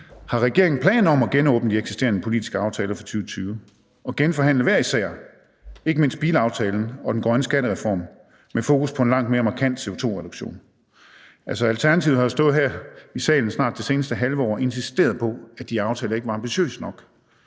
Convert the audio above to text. Har regeringen planer om at genåbne de eksisterende politiske aftaler for 2020 og genforhandle hver især, ikke mindst bilaftalen og den grønne skattereform, med fokus på en langt mere markant CO2-reduktion? Alternativet har jo snart stået her i salen i et halvt år og insisteret på, at de aftaler ikke var ambitiøse nok.